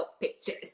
pictures